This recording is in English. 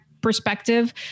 perspective